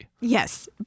yes